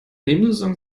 nebensaison